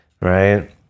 right